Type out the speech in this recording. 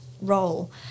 role